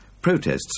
Protests